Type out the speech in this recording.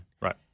Right